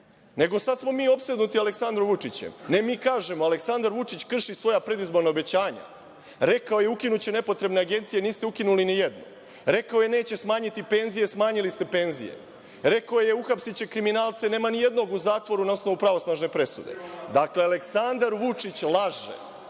nego smo mi sada opsednuti Aleksandrom Vučićem. Ne, mi kažemo da Aleksandar Vučić krši svoja predizborna obećanja. Rekao je ukinuće nepotrebne agencije, niste ukinuli ni jednu. Rekao je neće smanjiti penzije, smanjili ste penzije. Rekao je uhapsiće kriminalce, nema ni jednog u zatvoru na osnovu pravosnažne presude. Dakle, Aleksandar Vučić laže,